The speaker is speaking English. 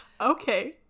okay